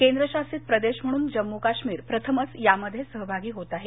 केंद्रशासित प्रदेश म्हणून जम्मू काश्मीर प्रथमच यामध्ये सहभागी होत आहे